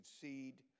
seed